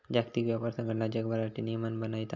जागतिक व्यापार संघटना जगभरासाठी नियम बनयता